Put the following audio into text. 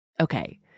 Okay